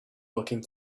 working